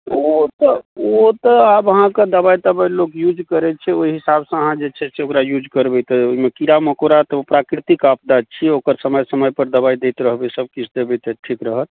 ओ तऽ ओ तऽ आब अहाँके दवाइ तवाइ लोक यूज करै छै ओहि हिसाबसँ अहाँ जे छै से ओकरा यूज करबै तऽ ओहिमे कीड़ा मकोड़ा तऽ ओ प्राकृतिक आपदा छियै ओकर समय समयपर दवाइ दैत रहबै सभकिछु देबै तऽ ठीक रहत